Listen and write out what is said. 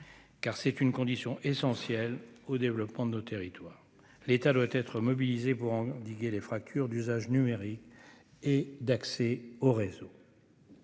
car c'est une condition essentielle au développement de nos territoires, l'État doit être mobilisés pour endiguer les fractures d'usages numériques et d'accès au réseau.